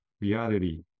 reality